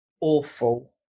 awful